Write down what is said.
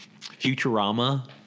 Futurama